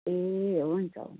ए हुन्छ हुन्छ